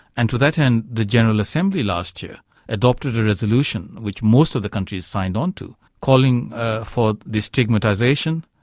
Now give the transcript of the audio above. and to that end the general assembly last year adopted a resolution which most of the countries signed on to, calling for the stigmatisation,